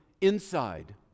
inside